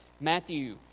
Matthew